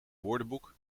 woordenboek